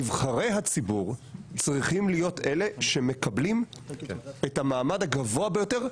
נבחרי הציבור צריכים להיות אלה שמקבלים את המעמד הגבוה ביותר,